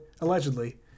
allegedly